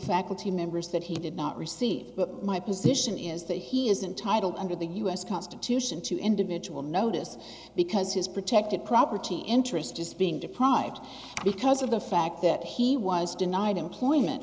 faculty members that he did not receive my position is that he isn't titled under the u s constitution to individual notice because his protected property interest is being deprived because of the fact that he was denied employment